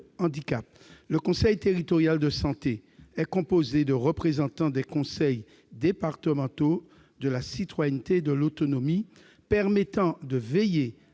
Le conseil territorial de santé est composé de représentants des conseils départementaux de la citoyenneté et de l'autonomie, ce qui permet de veiller à